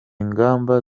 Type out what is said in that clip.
ngamba